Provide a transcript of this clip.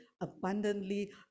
abundantly